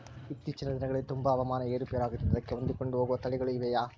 ಇತ್ತೇಚಿನ ದಿನಗಳಲ್ಲಿ ತುಂಬಾ ಹವಾಮಾನ ಏರು ಪೇರು ಆಗುತ್ತಿದೆ ಅದಕ್ಕೆ ಹೊಂದಿಕೊಂಡು ಹೋಗುವ ತಳಿಗಳು ಇವೆಯಾ?